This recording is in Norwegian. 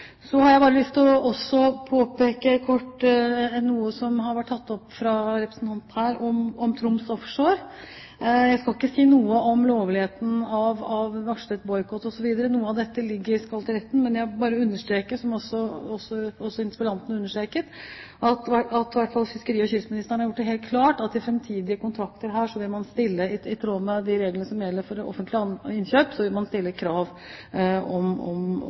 Jeg har lyst til å peke kort på noe som ble tatt opp av en representant her om Troms Offshore. Jeg skal ikke si noe om lovligheten av varslet boikott osv. Noe av dette skal til retten. Men jeg bare understreker, som også interpellanten understreket, at i hvert fall fiskeri- og kystministeren har gjort det helt klart at i framtidige kontrakter her vil man i tråd med de reglene som gjelder for offentlige innkjøp, stille krav om norske lønns- og arbeidsvilkår. Så har jeg bare lyst til å si til den diskusjonen som har vært her om